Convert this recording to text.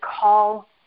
call